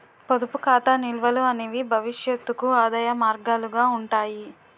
పొదుపు ఖాతా నిల్వలు అనేవి భవిష్యత్తుకు ఆదాయ మార్గాలుగా ఉంటాయి